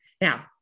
Now